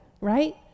right